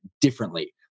differently